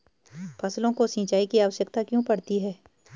फसलों को सिंचाई की आवश्यकता क्यों पड़ती है?